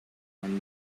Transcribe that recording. and